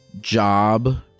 job